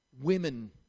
women